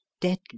deadly